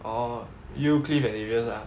orh you cliff and darius ah